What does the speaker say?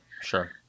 Sure